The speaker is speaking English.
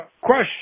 question